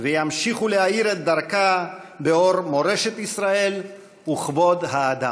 וימשיכו להאיר את דרכה באור מורשת ישראל וכבוד האדם.